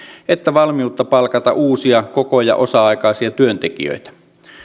että valmiutta palkata uusia koko ja osa aikaisia työntekijöitä